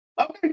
okay